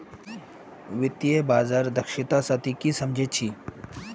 वित्तीय बाजार दक्षता स ती की सम झ छि